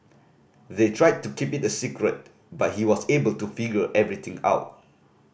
they tried to keep it a secret but he was able to figure everything out